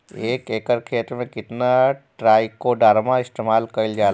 एक एकड़ खेत में कितना ट्राइकोडर्मा इस्तेमाल कईल जाला?